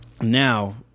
Now